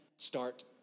start